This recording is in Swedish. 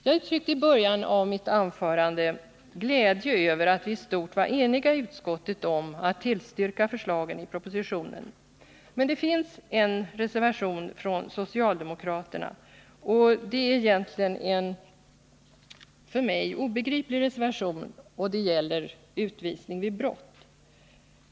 Jag uttryckte i början av mitt anförande glädje över att vi i stort var eniga i utskottet om att tillstyrka förslagen i propositionen, men det finns en reservation från socialdemokraterna. Det är egentligen en för mig obegriplig reservation, och den gäller utvisning vid brott.